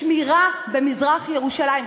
שמירה במזרח-ירושלים.